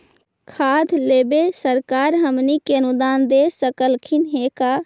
खाद लेबे सरकार हमनी के अनुदान दे सकखिन हे का?